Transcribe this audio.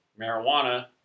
marijuana